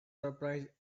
surprised